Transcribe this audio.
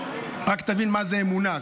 רק תבין מה זו אמונה.